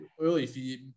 early